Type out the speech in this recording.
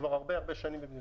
כבר הרבה שנים במדינת ישראל.